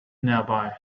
nearby